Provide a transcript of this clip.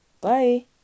bye